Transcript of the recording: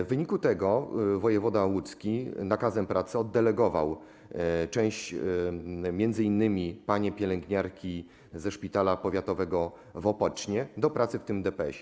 W wyniku tego wojewoda łódzki nakazem pracy oddelegował część, m.in. panie pielęgniarki ze szpitala powiatowego w Opocznie, do pracy w tym DPS-ie.